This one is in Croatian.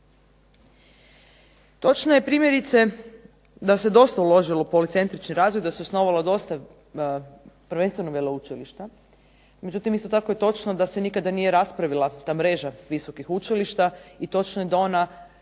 Točno je primjerice da se dosta uložilo u policentrični razvoj, da se osnovalo dosta prvenstveno veleučilišta, međutim isto tako je točno da se nikada nije raspravila ta mreža visokih učilišta i točno je da ona